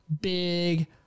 big